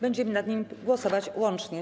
Będziemy nad nimi głosować łącznie.